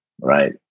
right